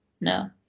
No